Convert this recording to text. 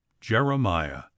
Jeremiah